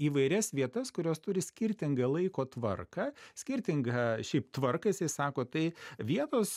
įvairias vietas kurios turi skirtingą laiko tvarką skirtingą šiaip tvarką jisai sako tai vietos